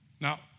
Now